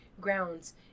grounds